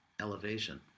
elevation